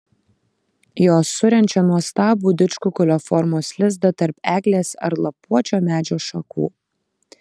jos surenčia nuostabų didžkukulio formos lizdą tarp eglės ar lapuočio medžio šakų